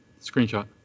Screenshot